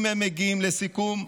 אם הם מגיעים לסיכום,